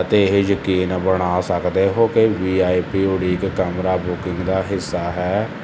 ਅਤੇ ਇਹ ਯਕੀਨੀ ਬਣਾ ਸਕਦੇ ਹੋ ਕਿ ਵੀ ਆਈ ਪੀ ਉਡੀਕ ਕਮਰਾ ਬੁਕਿੰਗ ਦਾ ਹਿੱਸਾ ਹੈ